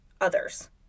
others